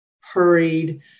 hurried